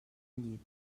llit